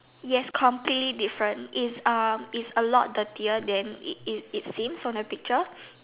yes completely different is is a lot dirtier than it seems from the picture